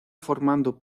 formando